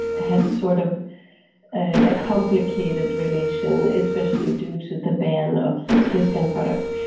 has sort of a complicated relation, especially due to the ban of sealskin products.